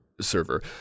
server